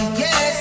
yes